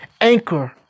Anchor